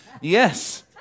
Yes